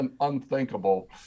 unthinkable